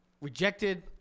rejected